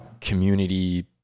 community